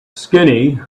skinny